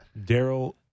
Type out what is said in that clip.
Daryl